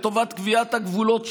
לטובת קביעת הגבולות שלנו,